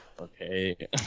okay